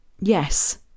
yes